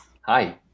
Hi